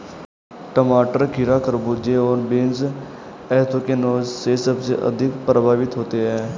टमाटर, खीरा, खरबूजे और बीन्स एंथ्रेक्नोज से सबसे अधिक प्रभावित होते है